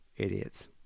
idiots